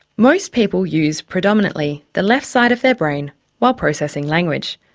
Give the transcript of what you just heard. most people use predominantly the left side of their brain while processing language,